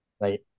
Right